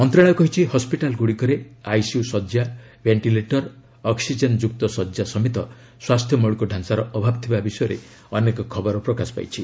ମନ୍ତ୍ରଣାଳୟ କହିଛି ହସ୍କିଟାଲଗୁଡ଼ିକରେ ଆଇସିୟୁ ଶଯ୍ୟା ଭେଣ୍ଟିଲେଟର ଅକ୍ନିଜେନଯୁକ୍ତ ଶଯ୍ୟା ସମେତ ସ୍ୱାସ୍ଥ୍ୟ ମୌଳିକ ଡ଼ାଞ୍ଚାର ଅଭାବ ଥିବା ବିଷୟରେ ଅନେକ ଖବର ପ୍ରକାଶ ପାଇଛି